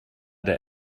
der